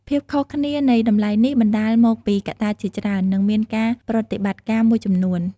ភាពខុសគ្នានៃតម្លៃនេះបណ្តាលមកពីកត្តាជាច្រើន និងមានការប្រតិបត្តិការមួយចំនួន។